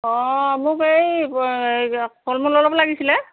অঁ মোক এই ফল মূল অলপ লাগিছিলে